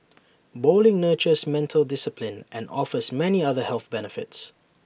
bowling nurtures mental discipline and offers many other health benefits